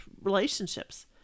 relationships